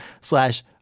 slash